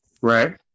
Right